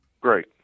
Great